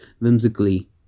whimsically